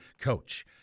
coach